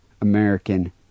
American